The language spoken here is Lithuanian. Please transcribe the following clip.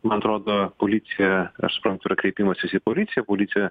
man atrodo policija aš suprantu yra kreipimasis į policiją policija